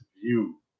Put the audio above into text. view